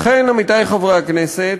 לכן, עמיתי חברי הכנסת,